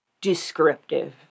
descriptive